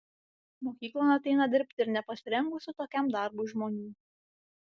mokyklon ateina dirbti ir nepasirengusių tokiam darbui žmonių